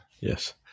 Yes